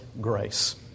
grace